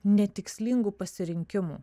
netikslingų pasirinkimų